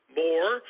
more